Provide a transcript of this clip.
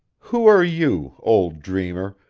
who are you, old dreamer,